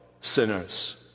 sinners